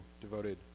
devoted